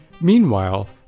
Meanwhile